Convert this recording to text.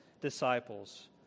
disciples